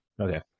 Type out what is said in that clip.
okay